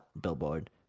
billboard